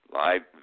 live